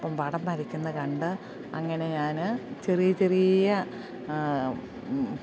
അപ്പം പടം വരക്കുന്ന കണ്ട് അങ്ങനെ ഞാൻ ചെറിയ ചെറിയ